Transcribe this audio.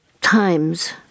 times